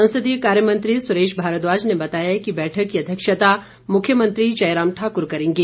संसदीय कार्यमंत्री सुरेश भारद्वाज ने बताया कि बैठक की अध्यक्षता मुख्यमंत्री जयराम ठाकुर करेंगे